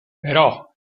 però